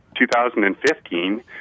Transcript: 2015